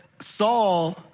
Saul